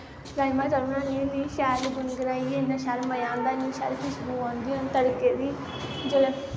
राजमा चावल बनान्नी होन्नी शैल गुनगुनाइयै इन्ना शैल मज़ा आंदा इन्नी शैल खशबू आंदा तड़के दी जिसलै